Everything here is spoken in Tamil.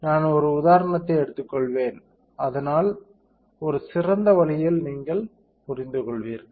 நான் ஒரு உதாரணத்தை எடுத்துக்கொள்வேன் அதனால் ஒரு சிறந்த வழியில் நீங்கள் புரிந்துகொள்வீர்கள்